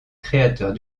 créateurs